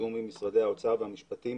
בתיאום עם משרדי האוצר והמשפטים,